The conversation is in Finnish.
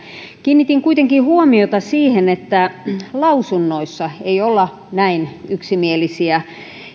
kiinnitin kuitenkin huomiota siihen että lausunnoissa ei olla näin yksimielisiä